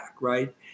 right